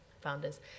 founders